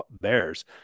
bears